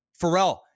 Pharrell